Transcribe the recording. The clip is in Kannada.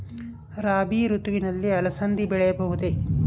ರಾಭಿ ಋತುವಿನಲ್ಲಿ ಅಲಸಂದಿ ಬೆಳೆಯಬಹುದೆ?